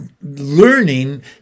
learning